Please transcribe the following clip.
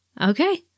Okay